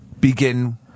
begin